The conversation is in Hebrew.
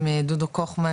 כולנו בני אדם,